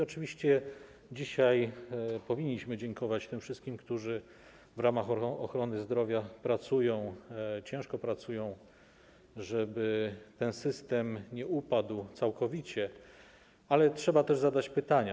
Oczywiście dzisiaj powinniśmy dziękować tym wszystkim, którzy w ramach ochrony zdrowia pracują, ciężko pracują, żeby ten system nie upadł całkowicie, ale trzeba też zadać pytania.